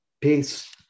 peace